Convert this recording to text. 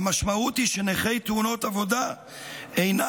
המשמעות היא שנכי תאונות עבודה אינם